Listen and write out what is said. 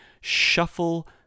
shuffle